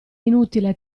inutile